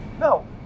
No